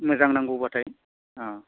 मोजां नांगौबाथाय औ